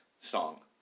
song